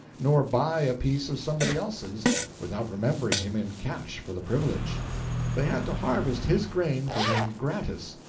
nor buy a piece of somebody else's without remembering him in cash for the privilege they had to harvest his grain for him gratis,